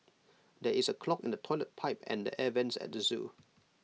there is A clog in the Toilet Pipe and the air Vents at the Zoo